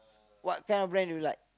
what kind of brand do you like